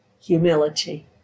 humility